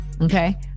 Okay